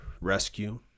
rescue